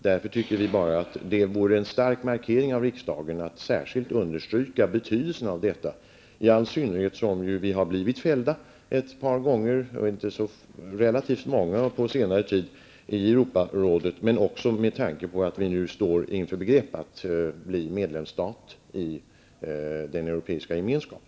Därför tycker vi bara att det vore en stark markering av riksdagen att särskilt understryka betydelsen av detta, i all synnerhet som vi ju har blivit fällda relativt många gånger på senare tid i Europarådet -- och också med tanke på att vi nu står i begrepp att bli medlemsstat i Europeiska gemenskapen.